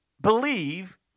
Believe